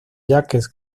jacques